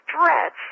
stretch